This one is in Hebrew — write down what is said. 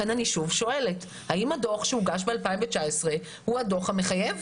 אני שואלת שוב: האם הדוח שהוגש ב-2019 הוא הדוח המחייב?